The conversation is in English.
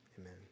Amen